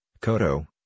Koto